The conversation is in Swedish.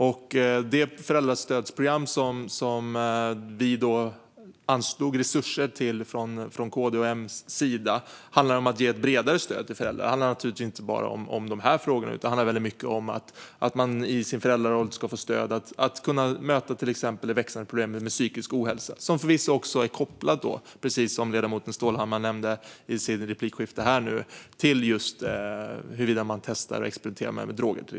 Det föräldrastödsprogram som vi från KD:s och M:s sida anslog resurser till handlar om att ge ett bredare stöd till föräldrarna. Det handlar naturligtvis inte bara om de här frågorna, utan det handlar väldigt mycket om att i sin föräldraroll få stöd för att kunna möta till exempel det växande problemet med psykisk ohälsa, som ledamoten Stålhammar nämnde i sin replik förvisso är kopplat till hur man testar och experimenterar med droger.